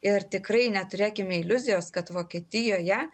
ir tikrai neturėkime iliuzijos kad vokietijoje